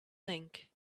link